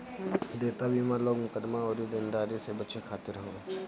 देयता बीमा लोग मुकदमा अउरी देनदारी से बचे खातिर करत हवे